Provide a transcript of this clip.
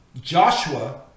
Joshua